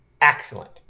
excellent